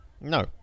No